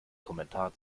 kommentar